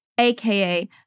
aka